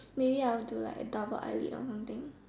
maybe I'll do like a double eyelid or something